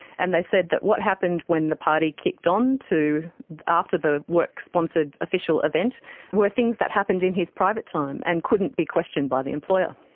and they said that what happened when the party kicked on to after the work sponsored official event were things that happened in his private time and couldn't be questioned by the employer.